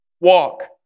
walk